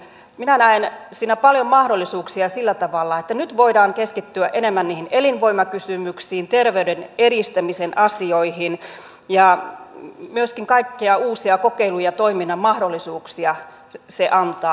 minä näen siinä paljon mahdollisuuksia sillä tavalla että nyt voidaan keskittyä enemmän niihin elinvoimakysymyksiin terveyden edistämisen asioihin ja myöskin kaikkia uusia kokeiluja toiminnan mahdollisuuksia se antaa